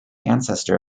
ancestor